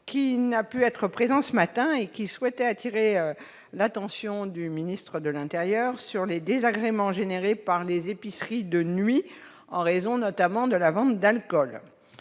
qui n'a pu être présent ce matin ; il souhaitait attirer l'attention de M. le ministre de l'intérieur sur les désagréments causés par les épiceries de nuit, en raison notamment de la vente d'alcool.